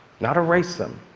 not erase them,